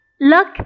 Look